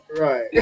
Right